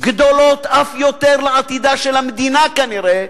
גדולות אף יותר לעתידה של המדינה, כנראה,